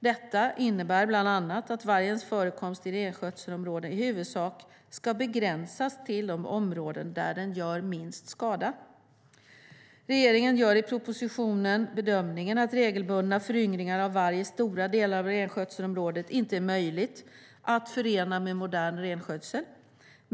Detta innebär bland annat att vargens förekomst i renskötselområdet i huvudsak ska begränsas till de områden där den gör minst skada. Regeringen gör i propositionen bedömningen att regelbundna föryngringar av varg i stora delar av renskötselområdet inte är möjliga att förena med modern renskötsel.